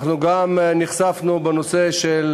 אנחנו גם נחשפנו בנושא של